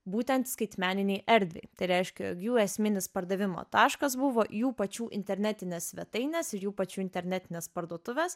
būtent skaitmeninei erdvei tai reiškia jog jų esminis pardavimo taškas buvo jų pačių internetinės svetainės ir jų pačių internetinės parduotuvės